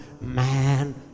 man